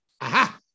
aha